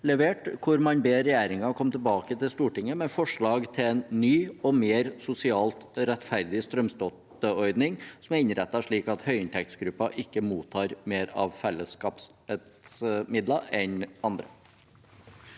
lyder: «Stortinget ber regjeringen komme tilbake til Stortinget med forslag til en ny og mer sosialt rettferdig strømstøtteordning som er innrettet slik at høyinntektsgrupper ikke mottar mer av felleskapets midler enn andre.»